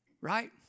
right